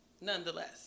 nonetheless